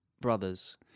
brothers